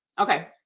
Okay